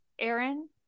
Aaron